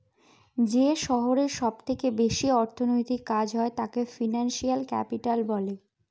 যে শহরে সব থেকে বেশি অর্থনৈতিক কাজ হয় তাকে ফিনান্সিয়াল ক্যাপিটাল বলে